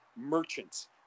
merchants